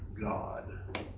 God